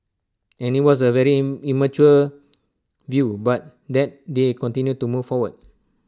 and IT was A very in mature view but that they continue to move forward